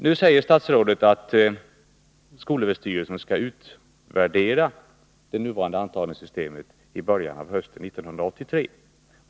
Nu säger statsrådet att skolöverstyrelsen skall utvärdera det nuvarande intagningssystemet i början av hösten 1983.